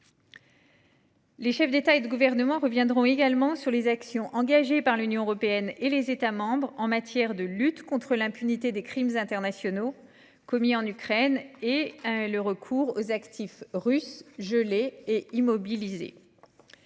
les chefs d’État et de gouvernement reviendront sur les actions engagées par l’Union européenne et par les États membres en matière de lutte contre l’impunité des crimes internationaux commis en Ukraine et de recours aux actifs russes gelés et immobilisés.